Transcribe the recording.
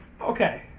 Okay